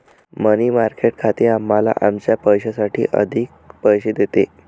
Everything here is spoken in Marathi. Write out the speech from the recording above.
मनी मार्केट खाते आम्हाला आमच्या पैशासाठी अधिक पैसे देते